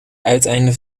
uiteinde